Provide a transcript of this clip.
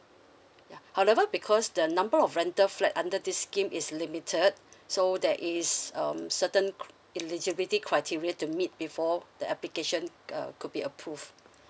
however because the number of rental flat under this scheme is limited so that is um certain cri~ eligibility criteria to meet before the application uh could be approved